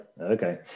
okay